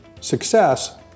success